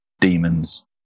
demons